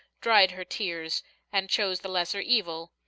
dried her tears and chose the lesser evil,